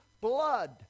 blood